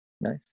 Nice